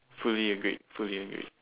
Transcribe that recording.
fully agreed fully agreed